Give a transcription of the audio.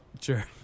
sure